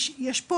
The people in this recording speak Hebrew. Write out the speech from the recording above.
יש פה